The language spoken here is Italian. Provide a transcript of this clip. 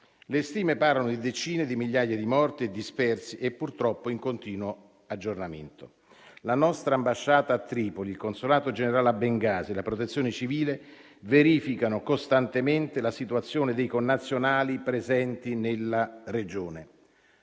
Le stime parlano di decine di migliaia di morti e dispersi, purtroppo in continuo aggiornamento. La nostra ambasciata a Tripoli, il consolato generale a Bengasi e la Protezione civile verificano costantemente la situazione dei connazionali presenti nella regione.